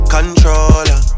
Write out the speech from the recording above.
Controller